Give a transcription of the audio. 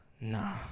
Nah